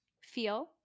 feel